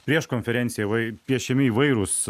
prieš konferenciją vai piešiami įvairūs